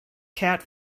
cat